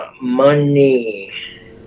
Money